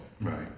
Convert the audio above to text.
right